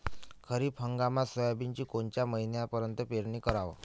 खरीप हंगामात सोयाबीनची कोनच्या महिन्यापर्यंत पेरनी कराव?